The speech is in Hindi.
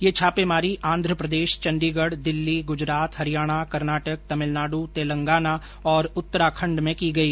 यह छापेमारी आन्ध्रप्रदेश चंडीगढ़ दिल्ली गुजरात हरियाणा कर्नाटक तमिलनाडु तेलंगाना और उत्तराखंड में की गई